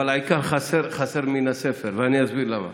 אבל העיקר חסר מן הספר, ואני אסביר למה.